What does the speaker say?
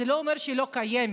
זה לא אומר שהיא לא קיימת.